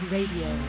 Radio